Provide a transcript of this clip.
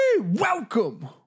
Welcome